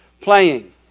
playing